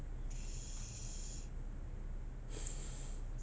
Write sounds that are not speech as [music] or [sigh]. [breath]